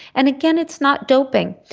and again, it's not doping.